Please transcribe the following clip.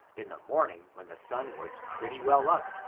in the morning, when the sun was pretty well up,